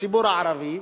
בציבור הערבי,